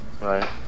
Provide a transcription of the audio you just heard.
right